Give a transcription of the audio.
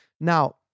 Now